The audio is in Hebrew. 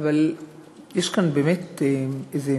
אבל יש כאן באמת איזה